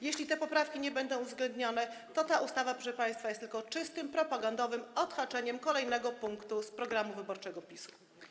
Jeśli te poprawki nie będą uwzględnione, to ta ustawa, proszę państwa, jest tylko czystym propagandowym odhaczeniem kolejnego punktu z programu wyborczego PiS.